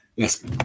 Yes